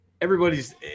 everybody's